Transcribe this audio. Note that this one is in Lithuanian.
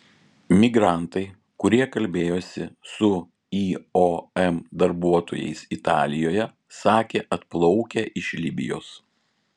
migrantai kurie kalbėjosi su iom darbuotojais italijoje sakė atplaukę iš libijos